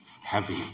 heavy